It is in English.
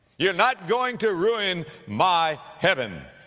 you're not going to ruin my heaven.